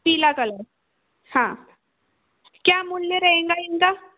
पीला कलर हाँ क्या मूल्य रहेंगा इनका